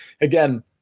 again